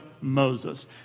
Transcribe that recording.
Moses